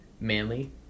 manly